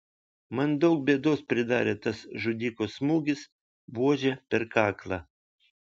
man daug bėdos pridarė tas žudiko smūgis buože per kaklą